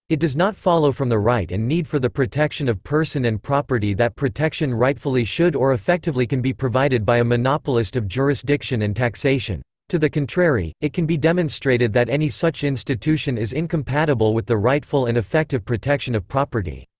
it does not follow from the right and need for the protection of person and property that protection rightfully should or effectively can be provided by a monopolist of jurisdiction and taxation. to the contrary, it can be demonstrated that any such institution is incompatible with the rightful and effective protection of property.